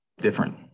different